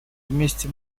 вместе